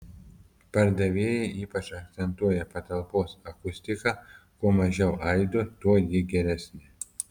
pardavėjai ypač akcentuoja patalpos akustiką kuo mažiau aido tuo ji geresnė